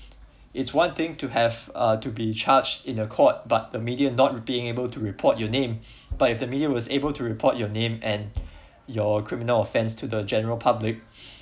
it's one thing to have uh to be charged in a court but the media not being able to report your name but if the media was able report your name and your criminal offence to the general public